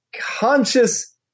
conscious